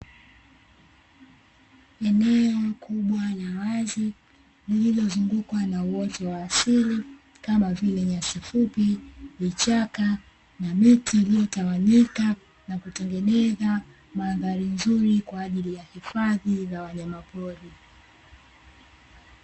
Eneo kubwa la wazi lililozungukwa na uoto wa asili kama vile; nyasi fupi, vichaka na miti iliyotawanyika na kutengeneza mandhari nzuri kwajili ya hifadhi za wanyama pori.